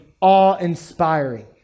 awe-inspiring